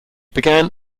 began